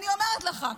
אני אומרת לך,